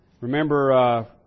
Remember